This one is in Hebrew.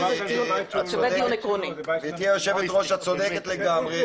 את לגמרי צודקת.